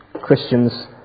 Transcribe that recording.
Christians